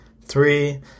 three